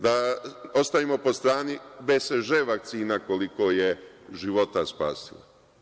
Da ostavimo po strani BSŽ vakcinu, koliko je života spasila.